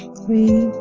three